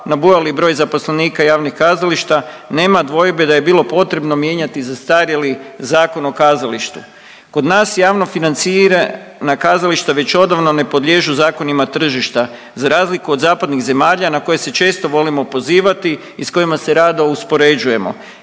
nabujali broj zaposlenika javnih kazališta. Nema dvojbe da je bilo potrebno mijenjati zastarjeli Zakon o kazalištu. Kod nas javno financirana kazališta već odavno ne podliježu zakonima tržišta za razliku od zapadnih zemalja na koji se često volimo pozivati i s kojima se rado uspoređujemo.